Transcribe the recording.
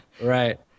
Right